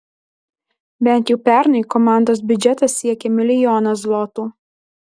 bent jau pernai komandos biudžetas siekė milijoną zlotų